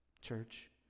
church